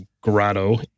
Grotto